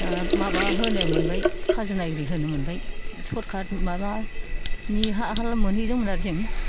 दा माबा होनो मोनबाय खाजोना एरि होनो मोनबाय सोरखार माबानि हा हाला मोनहैदोंमोन आरो जों